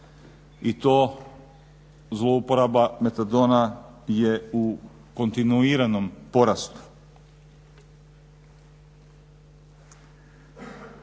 i to zlouporaba metadona je u kontinuiranom porastu.